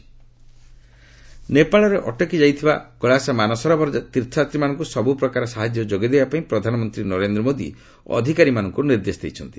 PM Nepal ନେପାଳରେ ଅଟକି ଯାଇଥିବା କେଳାଶ ମାନସରୋବର ତୀର୍ଥଯାତ୍ରୀମାନଙ୍କୁ ସବୁପ୍ରକାର ସାହାଯ୍ୟ ଯୋଗାଇ ଦେବା ପାଇଁ ପ୍ରଧାନମନ୍ତ୍ରୀ ନରେନ୍ଦ୍ର ମୋଦି ଅଧିକାରୀମାନଙ୍କୁ ନିର୍ଦ୍ଦେଶ ଦେଇଛନ୍ତି